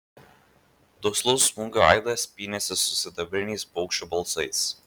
duslus smūgių aidas pynėsi su sidabriniais paukščių balsais